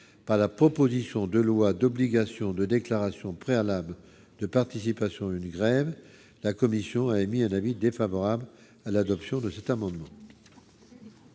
par la proposition de loi d'obligation de déclaration préalable de participation une grève, la commission a émis un avis défavorable à l'adoption de cet amendement.